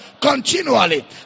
continually